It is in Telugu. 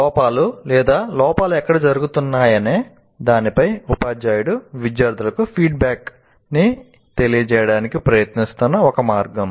లోపాలు లేదా లోపాలు ఎక్కడ జరుగుతున్నాయనే దానిపై ఉపాధ్యాయుడు విద్యార్థులకు ఫీడ్ బ్యాక్ న్ని తెలియజేయడానికి ప్రయత్నిస్తున్న ఒక మార్గం